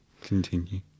Continue